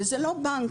וזה לא בנק,